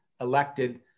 elected